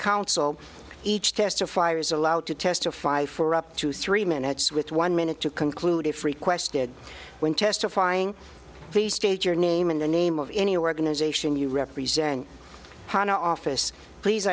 counsel each testify or is allowed to testify for up to three minutes with one minute to conclude if requested when testifying please state your name and the name of any organization you represent upon our office please